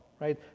right